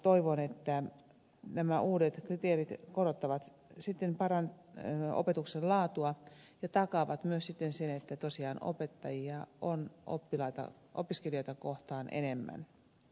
toivon että nämä uudet kriteerit parantavat sitten opetuksen laatua ja takaavat myös sen että tosiaan opettajia on opiskelijoita kohti enemmän